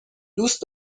دوست